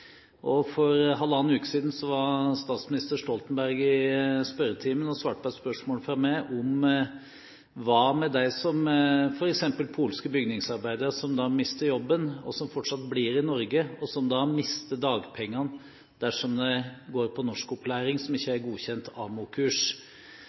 og for halvannen uke siden var statsminister Stoltenberg i spørretimen og svarte på et spørsmål fra meg om hva med dem som mister jobben, og som fortsatt blir i Norge, og som da mister dagpengene dersom de går på norskopplæring som ikke